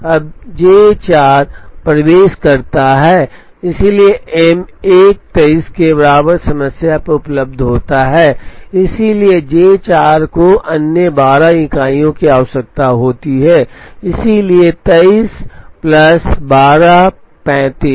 अब J 4 प्रवेश करता है इसलिए M 1 23 के बराबर समय पर उपलब्ध होता है इसलिए J 4 को अन्य 12 इकाइयों की आवश्यकता होती है इसलिए 23 प्लस 12 35